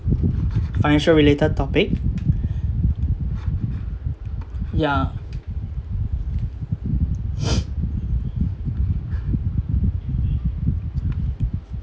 financial related topic yeah